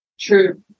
true